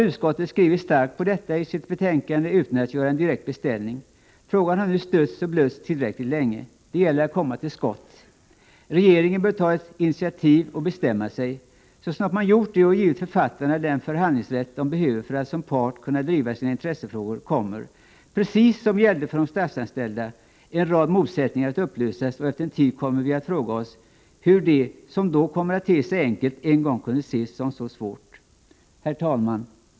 Utskottet har skrivit starkt i sitt betänkande utan att göra en direkt beställning. Frågan har nu stötts och blötts tillräckligt länge. Det gäller att komma till skott. Regeringen bör ta ett initiativ och bestämma sig. Så snart man gjort det och givit författarna den förhandlingsrätt de behöver för att som part kunna driva sina intressefrågor kommer — precis som beträffande de statsanställda — en rad motsättningar att upplösas, och efter en tid kommer vi att fråga oss hur det som då kommer att te sig enkelt en gång kunde ses som så svårt. Fru talman!